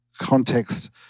context